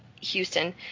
Houston